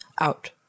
out